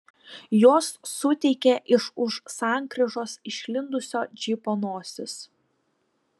jos suteikė iš už sankryžos išlindusio džipo nosis